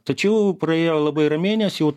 tačiau praėjo labai ramiai nes jau